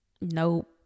Nope